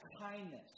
kindness